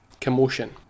commotion